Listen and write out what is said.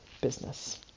business